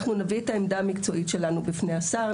נביא את העמדה המקצועית שלנו בפני השר.